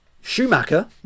Schumacher